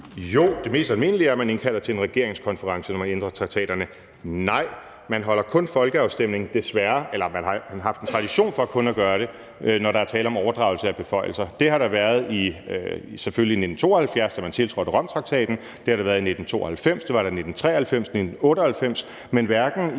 Jo, det mest almindelige er, at man indkalder til en regeringskonference, når man ændrer traktaterne. Nej, man holder – desværre – kun folkeafstemning, eller man har haft en tradition for kun at gøre det, når der er tale om overdragelse af beføjelser. Det har der selvfølgelig været i 1972, da man tiltrådte Romtraktaten; det har der været 1992; det var der i 1993 og 1998. Men hverken i